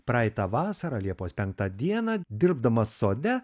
praeitą vasarą liepos penktą dieną dirbdamas sode